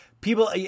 people